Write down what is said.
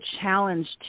challenge